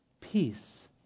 Peace